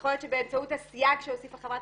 יכול להיות שבאמצעות הסייג שהוסיפה חברת